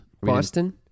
Boston